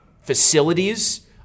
facilities